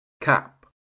cap